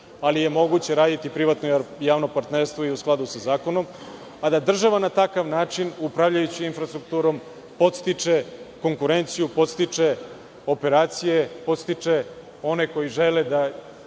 ali je moguće raditi privatno-javno partnerstvo i u skladu sa zakonom, a da država, na takav način, upravljajući infrastrukturom podstiče konkurenciju, podstiče operacije, podstiče one koji žele da